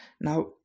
now